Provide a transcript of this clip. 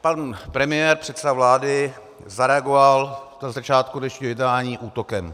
Pan premiér, předseda vlády, zareagoval na začátku dnešního jednání útokem.